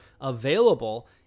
available